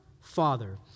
Father